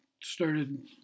started